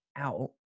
out